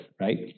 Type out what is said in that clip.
right